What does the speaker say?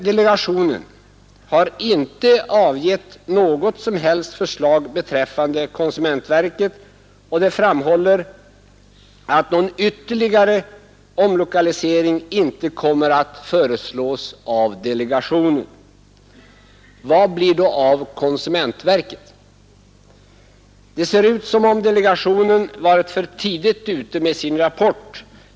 Delegationen har emellertid inte avgivit något som helst förslag beträffande konsumentverket och framhåller att någon ytterligare omlokalisering inte kommer att föreslås av delegationen. Vad blir det då av konsumentverket? Det ser ut som om delegationen varit för tidigt ute med sin rapport.